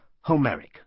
Homeric